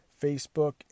Facebook